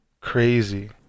Crazy